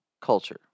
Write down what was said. culture